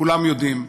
כולם יודעים,